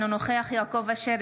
אינו נוכח יעקב אשר,